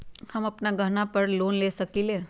हम अपन गहना पर लोन ले सकील?